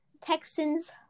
Texans